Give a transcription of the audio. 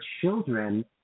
children